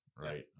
Right